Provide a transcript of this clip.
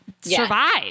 survive